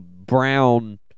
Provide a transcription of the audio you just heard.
brown